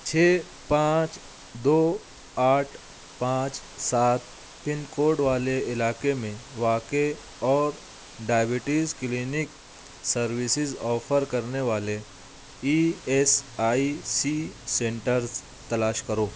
چھ پانچ دو آٹھ پانچ سات پن کوڈ والے علاقے میں واقع اور ڈائبٹیز کلینک سروسز آفر کرنے والے E S I C centres تلاش کرو